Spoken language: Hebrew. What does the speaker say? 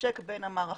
שיתממשק בין המערכות.